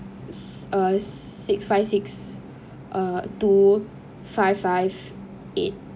uh six five six uh two five five eight